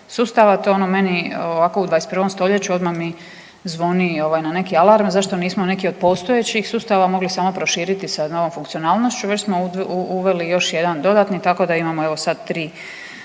sustava. To je ono meni u 21. stoljeću odmah mi zvoni na neki alarm, zašto nismo neki od postojećih sustava mogli samo proširiti sa novom funkcionalnošću već smo uveli još jedan dodatni tako da imamo sad tri